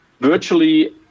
virtually